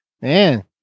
Man